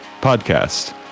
podcast